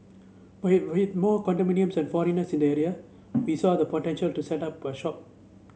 with more condominiums and foreigners in the area we saw the potential to set up shop